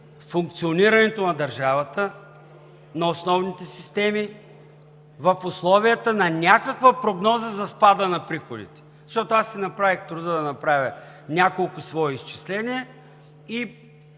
функционирането на държавата, на основните системи в условията на някаква прогноза за спада на приходите. Аз си направих труда да направя няколко свои изчисления и